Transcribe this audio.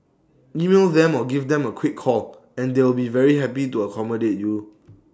email them or give them A quick call and they will be very happy to accommodate you